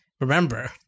remember